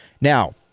Now